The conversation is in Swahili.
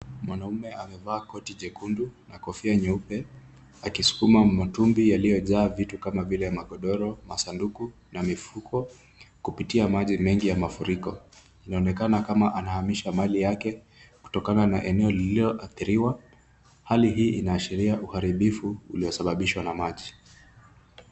Mwanamume amevaa koti jekundu na kofia nyeupe akisukuma matumbi yaliyojaa vitu kama vile magodoro, masanduku na mifuko kupitia maji mengi ya mafuriko. Inaonekana kama anahamisha mali yake kutokana na eneo lililo athiriwa. Hali hii inaashiria uharibifu lililo sababishwa na maji.